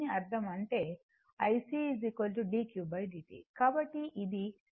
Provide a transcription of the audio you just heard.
కాబట్టి ఇది Vm ω C cos ω t గా ఉండాలి